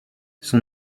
son